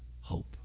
hope